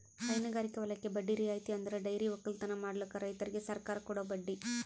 ಹೈನಗಾರಿಕೆ ವಲಯಕ್ಕೆ ಬಡ್ಡಿ ರಿಯಾಯಿತಿ ಅಂದುರ್ ಡೈರಿ ಒಕ್ಕಲತನ ಮಾಡ್ಲುಕ್ ರೈತುರಿಗ್ ಸರ್ಕಾರ ಕೊಡೋ ಬಡ್ಡಿ